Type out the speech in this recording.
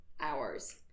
hours